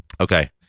Okay